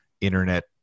internet